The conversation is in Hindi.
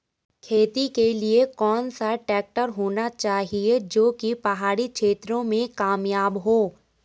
खेती के लिए कौन सा ट्रैक्टर होना चाहिए जो की पहाड़ी क्षेत्रों में कामयाब हो?